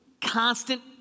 constant